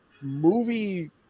movie